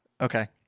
Okay